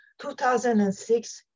2006